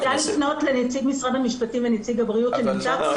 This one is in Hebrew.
אני מציעה לפנות לנציג משרד המשפטים ונציג הבריאות שנמצא פה.